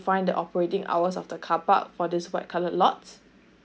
find the operating hours of the car park for this white colour lots